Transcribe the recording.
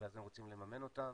אחרי זה הם רוצים לממן אותם,